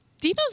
Dino's